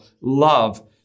love